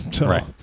right